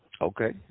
Okay